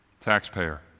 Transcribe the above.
taxpayer